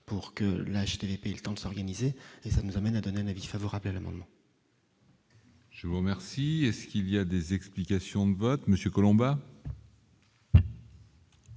pour que la Chine, les pays, le temps de s'organiser et ça nous amène à donner un avis favorable à l'amendement. Je vous remercie, ce qu'il y a des explications de vote Monsieur Collombat.